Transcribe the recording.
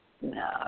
No